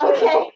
Okay